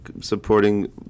supporting